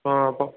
हाँ